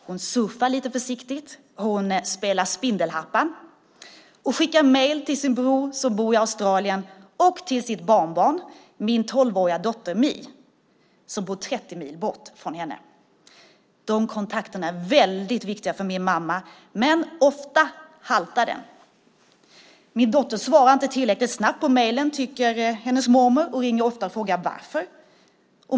Hon surfar lite försiktigt, spelar spindelharpan och skickar mejl till sin bror, som bor i Australien, och till sitt barnbarn, min tolvåriga dotter Mi, som bor trettio mil från henne. De kontakterna är väldigt viktiga för min mamma, men ofta haltar de. Min dotter svarar inte tillräckligt snabbt på mejlen tycker hennes mormor och ringer ofta och frågar varför.